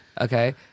Okay